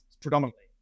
predominantly